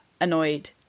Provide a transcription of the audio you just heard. annoyed